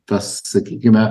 tas sakykime